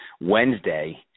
Wednesday